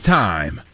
time